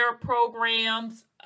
programs